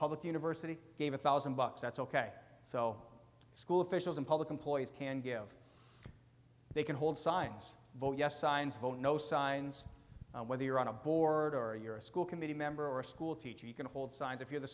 public university gave a one thousand dollars that's ok so school officials and public employees can go they can hold signs vote yes signs vote no signs and whether you're on a board or you're a school committee member or a school teacher you can hold signs if you're the